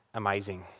amazing